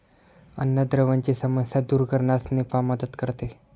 अन्नद्रव्यांची समस्या दूर करण्यास निफा मदत करते